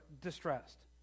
distressed